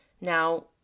Now